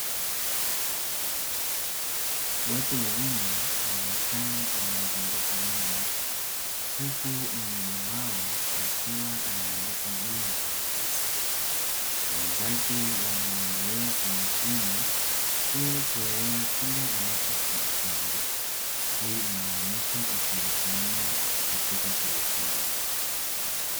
Watu wazima wamekaa wameizunguka meza huku mmoja wao akiwa anaandika juu ya karatasi wenzake wanamuangalia kwa makini ili kuelewa kile anachokiandika hii inaonyesha ushirikiano katika kujifunza.